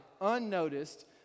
unnoticed